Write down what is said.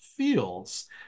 feels